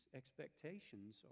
expectations